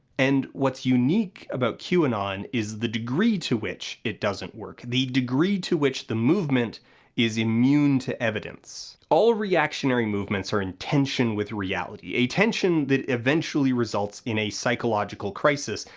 and what's unique about qanon is the degree to which it doesn't work, the degree to which the movement is immune to evidence. all reactionary movements are in tension with reality, a tension that eventually results in psychological crisis,